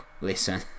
listen